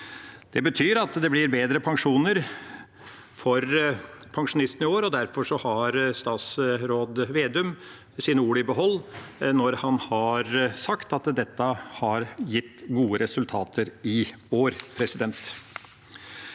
Det betyr at det blir bedre pensjoner for pensjonistene i år. Derfor har statsråd Vedum sine ord i behold når han har sagt at dette har gitt gode resultater i år.